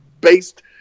based